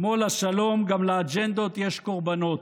כמו לשלום, גם לאג'נדות יש קורבנות.